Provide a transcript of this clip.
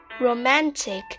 romantic